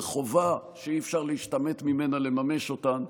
וחובה שאי-אפשר להשתמט ממנה לממש אותן.